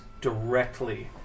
directly